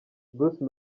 bruce